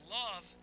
love